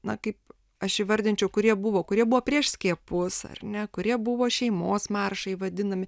na kaip aš įvardinčiau kurie buvo kurie buvo prieš skiepus ar ne kurie buvo šeimos maršai vadinami